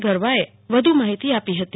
ગરવાએ વધુ માહિતી આપી હતી